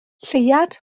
lleuad